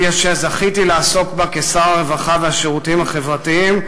זכיתי לעסוק בה כשר הרווחה והשירותים החברתיים,